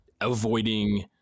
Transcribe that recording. avoiding